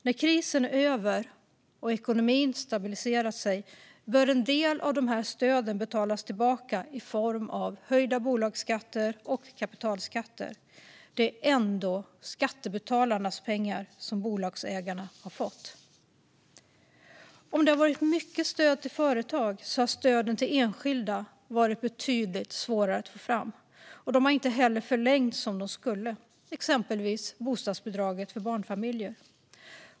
När krisen är över och ekonomin stabiliserats bör en del av stöden betalas tillbaka i form av höjda bolagsskatter och kapitalskatter. Det är ändå skattebetalarnas pengar som bolagsägarna har fått. Om det har varit mycket stöd till företag har stöden till enskilda varit betydligt svårare att få fram. De har inte heller förlängts som de skulle, exempelvis bostadsbidraget för barnfamiljer.